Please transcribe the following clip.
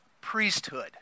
priesthood